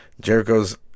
Jericho's